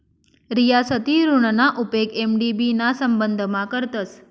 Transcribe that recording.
रियासती ऋणना उपेग एम.डी.बी ना संबंधमा करतस